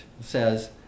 says